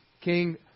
King